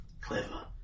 Clever